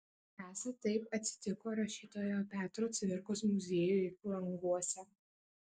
esą taip atsitiko rašytojo petro cvirkos muziejui klangiuose